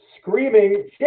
Screaming